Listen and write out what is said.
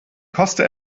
koste